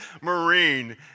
marine